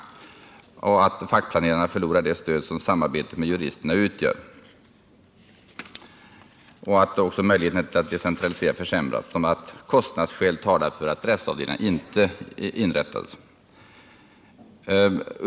Vidare anförs i motionerna att fackplanerarna skulle förlora det stöd som samarbetet med juristerna utgör, liksom att möjligheterna att decentralisera skulle försämras och att kostnadsskäl talar för att rättsavdelningar inte behöver inrättas.